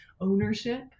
ownership